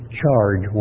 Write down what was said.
charge